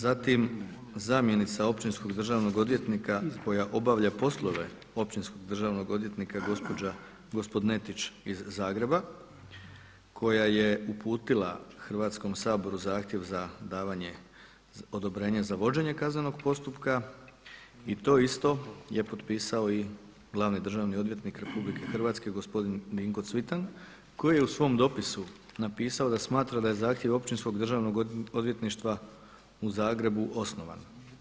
Zatim, zamjenica općinskog državnog odvjetnika koja obavlja poslove općinskog državnog odvjetnika gospođa Gospodnetić iz Zagreba, koja je uputila Hrvatskom saboru zahtjev za davanje odobrenja za vođenje kaznenog postupka, i to isto je potpisao i glavni državni odvjetnik Republike Hrvatske gospodin Dinko Cvitan koji je u svom dopisu napisao da smatra da je zahtjev Općinskog državnog odvjetništva u Zagrebu osnovan.